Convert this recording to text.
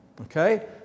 Okay